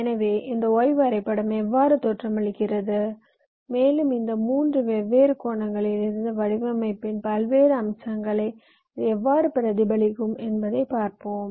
எனவே இந்த ஒய் வரைபடம் எவ்வாறு தோற்றமளிக்கிறது மேலும் இந்த 3 வெவ்வேறு கோணங்களில் இருந்து வடிவமைப்பின் பல்வேறு அம்சங்களை இது எவ்வாறு பிரதிபலிக்கும் என்பதைப் பார்ப்போம்